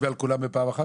הצבעה בעד,